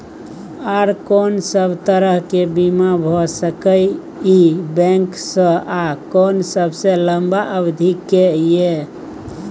आर कोन सब तरह के बीमा भ सके इ बैंक स आ कोन सबसे लंबा अवधि के ये?